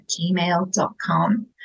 gmail.com